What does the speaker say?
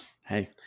Hey